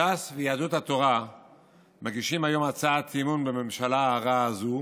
ש"ס ויהדות התורה מגישים היום הצעת אי-אמון בממשלה הרעה הזו,